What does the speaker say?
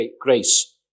grace